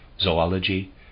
zoology